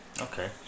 okay